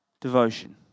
devotion